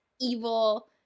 evil